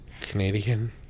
Canadian